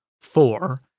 Four